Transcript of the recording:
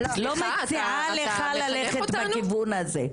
אני לא מציעה לך ללכת בכיוון הזה.